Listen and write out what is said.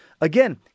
again